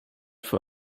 für